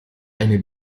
eine